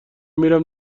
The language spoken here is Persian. میرم